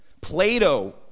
Plato